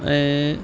ऐं